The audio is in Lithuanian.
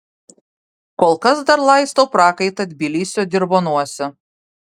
kol kas dar laistau prakaitą tbilisio dirvonuose